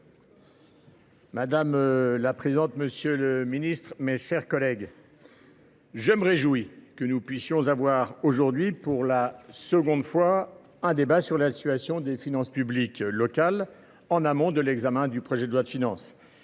Madame la présidente, monsieur le ministre, mes chers collègues, je me réjouis que nous puissions avoir aujourd’hui, pour la deuxième fois, un débat sur la situation des finances publiques locales, en amont de l’examen du projet de loi de finances.